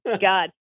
God